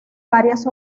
varias